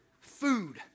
food